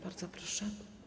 Bardzo proszę.